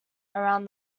around